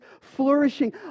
flourishing